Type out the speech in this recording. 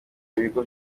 ibigo